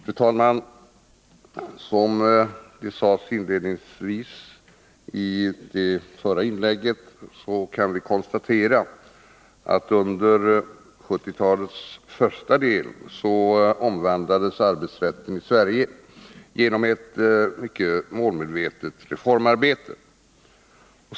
Fru talman! Som också sades inledningsvis i det förra inlägget omvandlades under 1970-talets första del arbetsrätten i Sverige genom ett målmedvetet reformarbete.